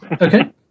Okay